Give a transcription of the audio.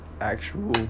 actual